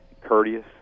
courteous